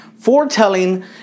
Foretelling